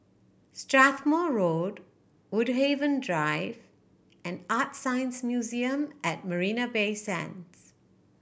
Strathmore Road Woodhaven Drive and ArtScience Museum at Marina Bay Sands